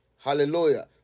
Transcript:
Hallelujah